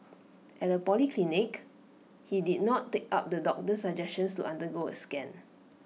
at A polyclinic he did not take up the doctor's suggestion to undergo A scan